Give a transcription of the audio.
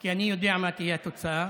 כי אני יודע מה תהיה התוצאה,